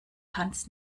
hans